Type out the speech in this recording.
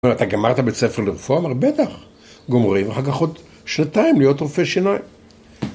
והוא אומר לו - "אתה גמרת בית ספר לרפואה?", והוא אמר לו - "בטח, גומרים, ואחר כך עוד שנתיים להיות רופא שיניים".